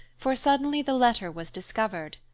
for suddenly the letter was discovered.